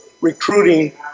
recruiting